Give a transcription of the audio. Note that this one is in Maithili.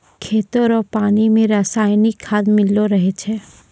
खेतो रो पानी मे रसायनिकी खाद मिल्लो रहै छै